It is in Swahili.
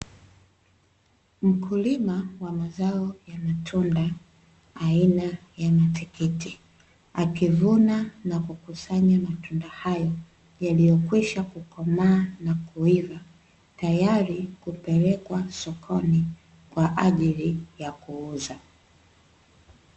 Mkulima wa mazao ya matunda aina ya matikiti, akivuna na kukusanya matunda hayo yaliyokwisha kukomaa na kuiva, tayari kupelekwa sokoni kwa ajili ya kuuza.